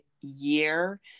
year